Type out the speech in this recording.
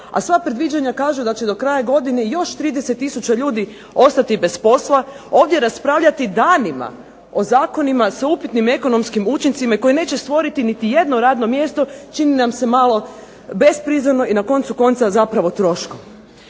a sva predviđanja kažu da će do kraja godine još 30 tisuća ljudi ostati bez posla, ovdje raspravljati danima o zakonima sa upitnim ekonomskim učincima i koji neće stvoriti niti jedno radno mjesto, čini nam se malo besprizorno i na koncu konca zapravo troškom.